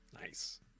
Nice